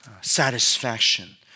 satisfaction